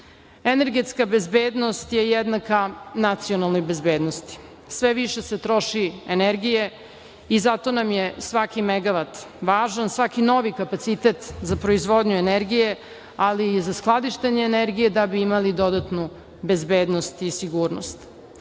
zaposlenih. Energetska bezbednost je jednaka nacionalnoj bezbednosti. Sve više se troši energije i zato nam je svaki megavat važan, svaki novi kapacitet za proizvodnju energije, ali i za skladištenje energije da bi imali dodatnu bezbednost i sigurnost. Svedočili